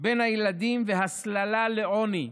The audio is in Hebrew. בין הילדים והסללה לעוני.